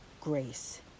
grace